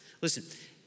Listen